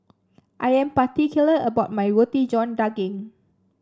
I am particular about my Roti John Daging